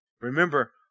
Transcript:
Remember